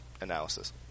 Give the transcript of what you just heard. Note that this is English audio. analysis